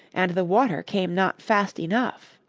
and the water came not fast enough.